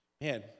Man